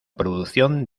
producción